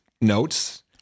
notes